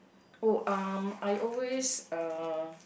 oh um I always uh